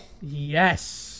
Yes